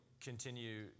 continue